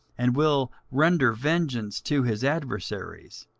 and will render vengeance to his adversaries,